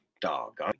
dog